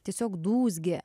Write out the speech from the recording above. tiesiog dūzgė